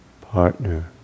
partner